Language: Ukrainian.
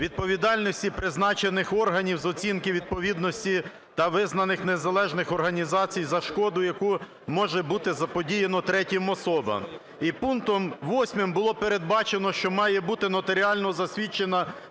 відповідальності призначених органів з оцінки відповідності та визнаних незалежних організацій за шкоду, яку може бути заподіяну третім особам. І пунктом 8 було передбачено, що має бути нотаріально засвідчена